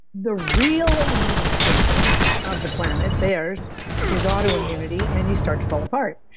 the real immune system of the planet, theirs, is autoimmunity and you start to fall apart.